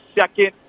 second